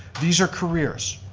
these are careers,